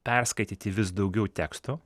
perskaityti vis daugiau tekstų